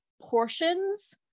portions